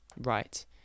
right